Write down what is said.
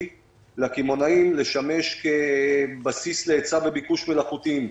לקמעונאים לשמש כבסיס להיצע וביקוש מלאכותיים.